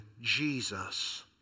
Jesus